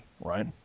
right